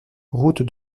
route